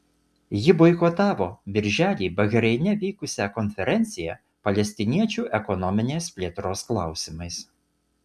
ji boikotavo birželį bahreine vykusią konferenciją palestiniečių ekonominės plėtros klausimais